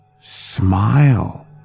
smile